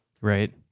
Right